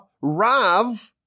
Rav